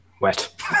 wet